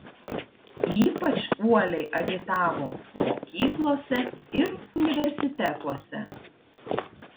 ypač uoliai agitavo mokyklose ir universitetuose